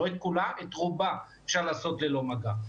לא את כולה, את רובה אפשר לעשות ללא מגע.